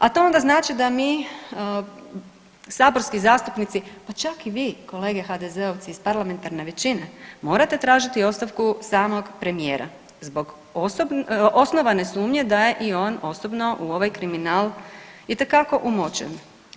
A to onda znači da mi saborski zastupnici, pa čak i vi kolege HDZ-ovci iz parlamentarne većine morate tražiti ostavku samog premijera zbog osnovane sumnje da je i on osobno u ovaj kriminal itekako umočen.